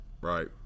Right